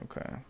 Okay